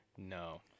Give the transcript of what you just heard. No